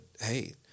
hey